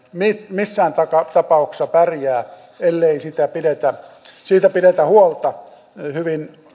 missään tapauksessa pärjää ellei siitä pidetä huolta hyvin